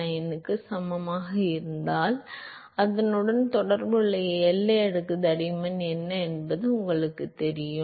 99 க்கு சமமாக இருந்தால் அதனுடன் தொடர்புடைய எல்லை அடுக்கு தடிமன் என்ன என்பதை உங்களுக்குத் தெரிவிக்கும்